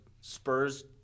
Spurs